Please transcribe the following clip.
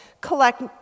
Collect